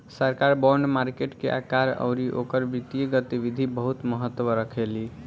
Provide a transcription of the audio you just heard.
सरकार bond market के आकार अउरी ओकर वित्तीय गतिविधि बहुत महत्व रखेली